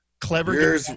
clever